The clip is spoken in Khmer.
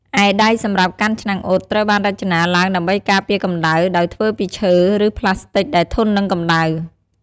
ឯដៃសម្រាប់កាន់ឆ្នាំងអ៊ុត ត្រូវបានរចនាឡើងដើម្បីការពារកម្ដៅ ដោយធ្វើពីឈើ ឬប្លាស្ទិកដែលធន់នឹងកម្ដៅ។